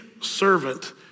servant